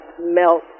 melt